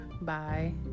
Bye